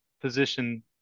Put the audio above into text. Position